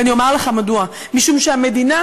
אני אומר לך מדוע, משום שהמדינה,